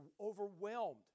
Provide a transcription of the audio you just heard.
overwhelmed